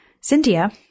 Cynthia